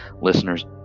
listeners